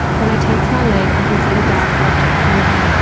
when i tense my leg i can see the dark object moving.